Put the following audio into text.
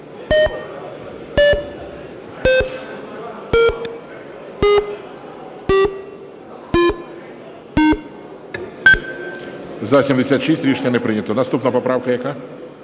За-76 Рішення не прийнято. Наступна поправка яка?